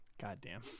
Goddamn